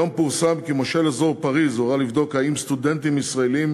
היום פורסם כי מושל אזור פריז הורה לבדוק אם סטודנטים ישראלים